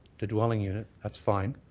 the dwelling unit, that's fine.